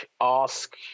ask